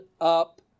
up